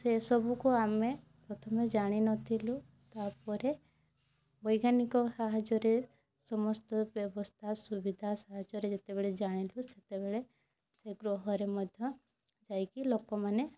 ସେସବୁକୁ ଆମେ ପ୍ରଥମେ ଜାଣିନଥିଲୁ ତା'ପରେ ବୈଜ୍ଞାନିକ ସାହାଯ୍ୟରେ ସମସ୍ତ ବ୍ୟବସ୍ଥା ସୁବିଧା ସାହାଯ୍ୟରେ ଯେତେବେଳେ ଜାଣିଲୁ ସେତେବେଳେ ସେ ଗ୍ରହରେ ମଧ୍ୟ ଯାଇକି ଲୋକମାନେ